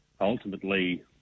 ultimately